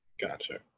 Gotcha